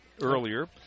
earlier